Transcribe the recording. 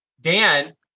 Dan